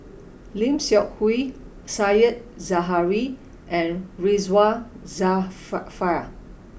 Lim Seok Hui Said Zahari and Ridzwan